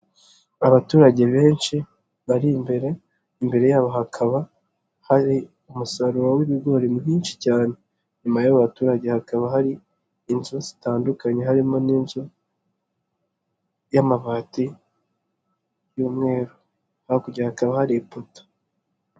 Abaturage benshi bari imbere, imbere yabo hakaba hari umusaruro w'ibigori mwinshi cyane, inyuma y'abo baturage hakaba hari inzu zitandukanye, harimo n'inzu y'amabati y'umweru, hakurya hakaba hari ipoto.